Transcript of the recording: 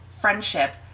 friendship